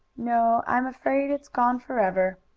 no, i'm afraid it's gone forever,